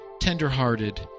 tenderhearted